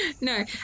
no